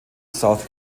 south